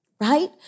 right